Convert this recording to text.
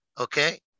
Okay